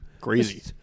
crazy